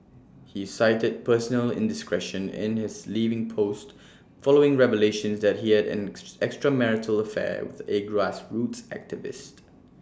he cited personal indiscretion in his leaving post following revelations that he had an ex extramarital affair with A grassroots activist